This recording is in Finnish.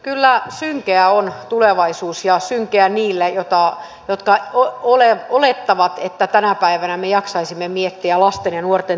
kyllä synkeä on tulevaisuus ja synkeä niillä jotka olettavat että tänä päivänä me jaksaisimme miettiä lasten ja nuorten tulevaisuutta